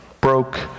broke